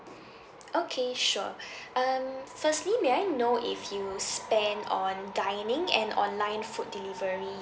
okay sure um firstly may I know if you spend on dining and online food delivery